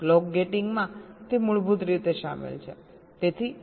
clock gating માં તે મૂળભૂત રીતે શામેલ છે